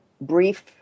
brief